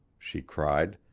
she cried.